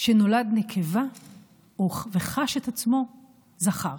שנולד נקבה וחש את עצמו זכר,